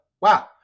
wow